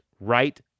right